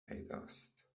پیداست